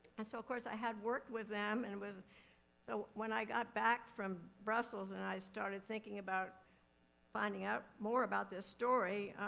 and so, of course, i had worked with them. and so, when i got back from brussels and i started thinking about finding out more about this story,